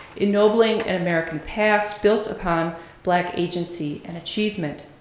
ennobling an american past built upon black agency and achievement.